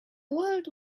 world